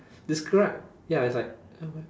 describe ya it's like